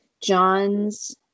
Johns